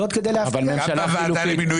זאת כדי להבטיח --- גם בוועדה למינוי